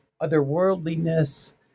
otherworldliness